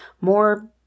more